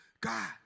God